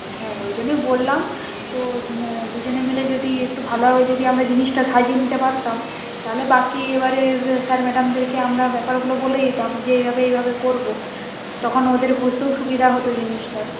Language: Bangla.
হ্যাঁ ওই জন্যে বললাম তো দুজনে মিলে যদি একটু ভালোভাবে যদি আমরা জিনিসটা সাজিয়ে নিতে পারতাম তাহলে বাকি এবারে স্যার ম্যাডামদেরকে আমরা ব্যাপারগুলো বলে দিতাম যে এইভাবে এইভাবে করব তখন ওদের বুঝতেও সুবিধা হতো জিনিসটা